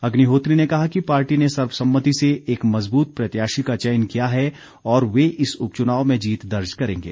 अग्निहोत्री ने कहा कि पार्टी ने सर्वसम्मति एक मजबूत प्रत्याशी का चयन किया है और वे इस उपच्चनाव में जीत दर्ज करेंगे